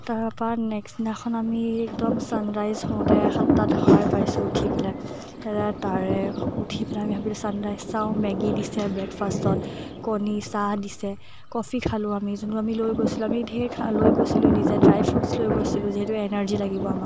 তাৰপৰা নেক্সট দিনাখন আমি একদম চানৰাইজ হওঁতে সাতটাত সাৰ পাইছোঁ উঠি পেলাই তাৰে উঠি পেলাই আমি ভাবিলোঁ চানৰাইজ চাওঁ মেগি দিছে ব্ৰেকফাষ্টত কণি চাহ দিছে কফি খালোঁ আমি যোনটো আমি লৈ গৈছিলোঁ আমি ধেৰ খা লৈ গৈছিলোঁ নিজে ড্ৰাই ফ্ৰোটছ লৈ গৈছিলোঁ যিহেতু এনাৰ্জি লাগিব আমাক